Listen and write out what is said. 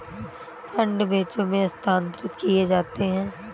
fund बैचों में स्थानांतरित किए जाते हैं